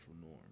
norm